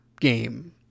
game